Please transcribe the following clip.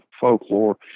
folklore